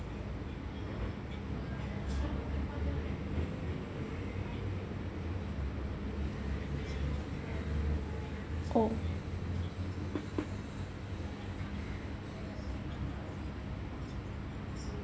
oh